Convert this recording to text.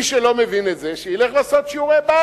מי שלא מבין את זה, שילך לעשות שיעורי-בית.